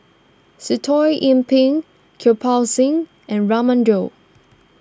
Sitoh Yih Pin Kirpal Singh and Raman Daud